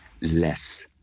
less